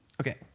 okay